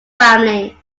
family